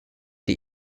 die